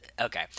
Okay